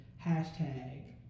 hashtag